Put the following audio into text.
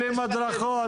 בלי מדרכות,